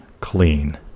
clean